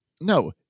No